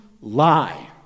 lie